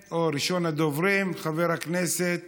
10406. ראשון הדוברים, חבר הכנסת